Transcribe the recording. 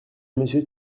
monsieur